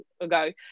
ago